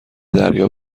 دریا